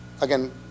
Again